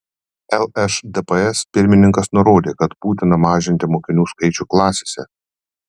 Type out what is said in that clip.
lšdps pirmininkas nurodė kad būtina mažinti mokinių skaičių klasėse